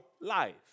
life